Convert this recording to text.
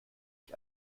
ich